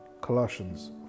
Colossians